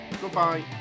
Goodbye